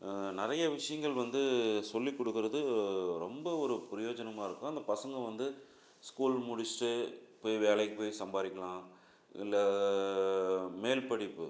நிறைய விஷயங்கள் வந்து சொல்லிக்கொடுக்கறது ரொம்ப ஒரு பிரயோஜனமாக இருக்கும் அந்த பசங்க வந்து ஸ்கூல் முடிச்சுட்டு போய் வேலைக்கு போய் சம்பாதிக்கலாம் இல்லை மேல் படிப்பு